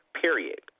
period